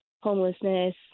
homelessness